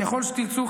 ככל שתרצו,